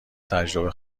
تجربه